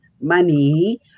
money